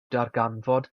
darganfod